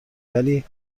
ولی